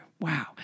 Wow